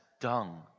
dung